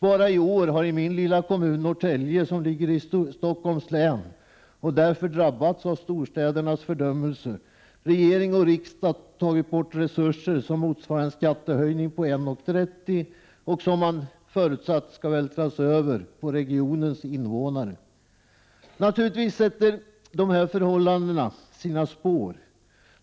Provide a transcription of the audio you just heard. Bara i år har regering och riksdag från min lilla kommun Norrtälje, som ligger i Stockholms län och som därför drabbats av storstädernas fördömelse, tagit bort resurser som motsvarar en skattehöjning på 1:30 kr. och som man har förutsatt skall vältras över på regionens invånare. Naturligtvis sätter dessa förhållanden sina spår.